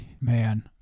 Man